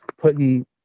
putting